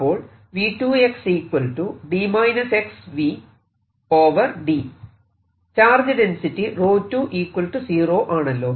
അപ്പോൾ charge density 𝜌2 0 ആണല്ലോ